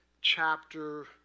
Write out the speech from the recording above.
chapter